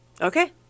Okay